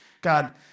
God